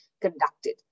conducted